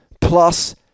Plus